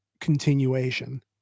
continuation